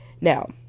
Now